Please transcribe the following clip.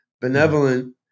Benevolent